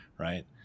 Right